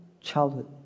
childhood